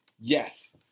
Yes